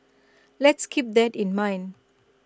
let's keep that in mind